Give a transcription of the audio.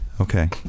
Okay